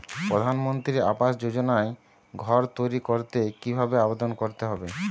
প্রধানমন্ত্রী আবাস যোজনায় ঘর তৈরি করতে কিভাবে আবেদন করতে হবে?